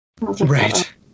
Right